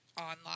online